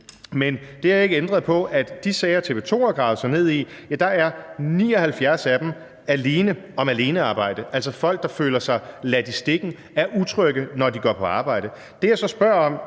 men det har ikke ændret på, at i de sager, TV 2 har gravet sig ned i, er 79 alene og har alenearbejde – altså, det er folk, der føler sig ladt i stikken og er utrygge, når de går på arbejde.